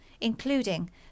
including